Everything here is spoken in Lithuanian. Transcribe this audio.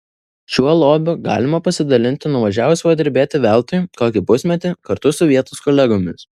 šiuo lobiu galima pasidalinti nuvažiavus padirbėti veltui kokį pusmetį kartu su vietos kolegomis